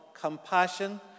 compassion